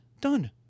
Done